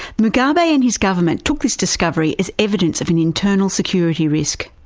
mugabe and his government took this discovery as evidence of an internal security risk.